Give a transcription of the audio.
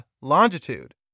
longitude